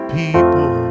people